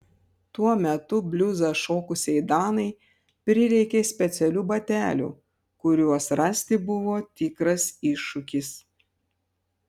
tuo metu bliuzą šokusiai danai prireikė specialių batelių kuriuos rasti buvo tikras iššūkis